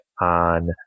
on